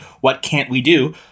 what-can't-we-do